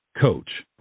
coach